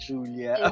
Julia